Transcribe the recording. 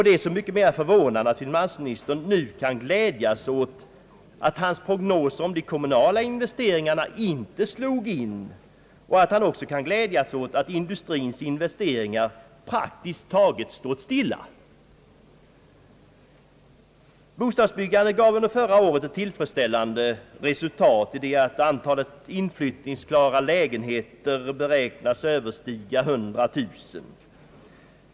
Det är så mycket mera förvånande att finansministern nu kan glädjas åt att hans prognoser om de kommunala investeringarna inte slog in och att han också kan glädjas åt att industrins investeringar praktiskt taget stått stilla. Bostadsbyggandet gav under förra året ett tillfredsställande resultat i det att antalet inflyttningsfärdiga lägenheter beräknas överstiga 100 000.